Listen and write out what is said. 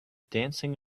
dancing